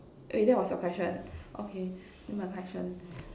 wait that was your question okay then my question